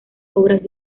obras